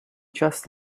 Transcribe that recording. just